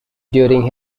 during